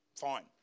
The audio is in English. Fine